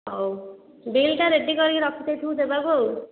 ହଉ ବିଲ୍ଟା ରେଡ଼ି କରିକି ରଖି ଦେଇଥିବୁ ଦେବାକୁ ଆଉ